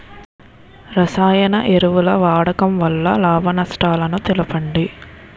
రసాయన ఎరువుల వాడకం వల్ల లాభ నష్టాలను తెలపండి?